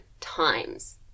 times